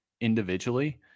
individually